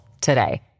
today